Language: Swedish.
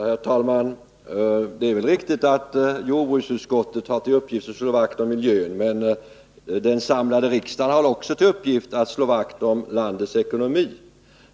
Herr talman! Det är väl riktigt att jordbruksutskottet har till uppgift att slå vakt om miljön, men den samlade riksdagen har också till uppgift att slå vakt om landets ekonomi.